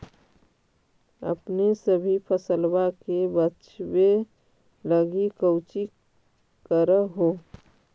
अपने सभी फसलबा के बच्बे लगी कौची कर हो?